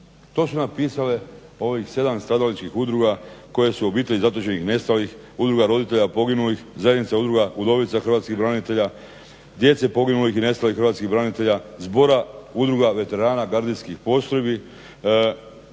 To su napisale ovih 7 stradalačkih udruga koje su Obitelji zatočenih i nestalih Udruga roditelja poginulih, Zajednica udruga udovica hrvatskih branitelja, djece poginulih i nestalih hrvatskih branitelja, Zbora udruga veterana gardijskih postrojbi,